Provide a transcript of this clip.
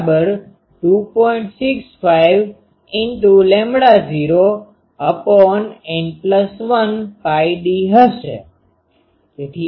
65×૦N1πd હશે